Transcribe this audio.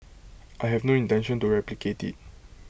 I have no intention to replicate IT